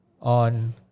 on